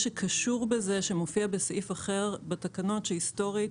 וביציאה, במידה ויזהו משהו.